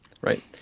right